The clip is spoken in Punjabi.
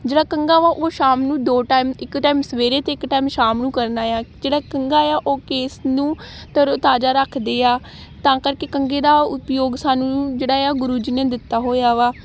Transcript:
ਜਿਹੜਾ ਕੰਘਾ ਵਾ ਉਹ ਸ਼ਾਮ ਨੂੰ ਦੋ ਟਾਈਮ ਇੱਕ ਟਾਈਮ ਸਵੇਰੇ ਅਤੇ ਇੱਕ ਟਾਈਮ ਸ਼ਾਮ ਨੂੰ ਕਰਨਾ ਆ ਜਿਹੜਾ ਕੰਘਾ ਆ ਉਹ ਕੇਸ ਨੂੰ ਤਰੋ ਤਾਜ਼ਾ ਰੱਖਦੇ ਆ ਤਾਂ ਕਰਕੇ ਕੰਘੇ ਦਾ ਉਪਯੋਗ ਸਾਨੂੰ ਜਿਹੜਾ ਆ ਗੁਰੂ ਜੀ ਨੇ ਦਿੱਤਾ ਹੋਇਆ ਵਾ